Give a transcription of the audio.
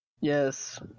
Yes